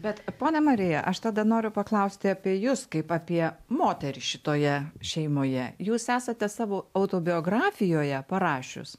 bet ponia marija aš tada noriu paklausti apie jus kaip apie moterį šitoje šeimoje jūs esate savo autobiografijoje parašius